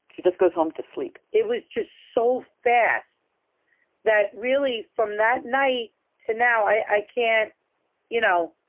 she just goes home to sleep it was just so fast that, really, from that night to now, i can't you know,